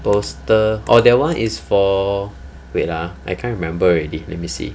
poster orh that one is for wait ah I can't remember already let me see